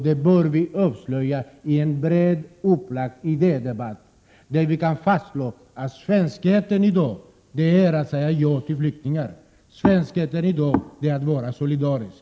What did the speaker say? Detta bör vi avslöja i en brett upplagd idédebatt, där vi kan fastslå att svenskhet i dag är att säga ja till flyktingar, att svenskhet i dag är att vara solidarisk.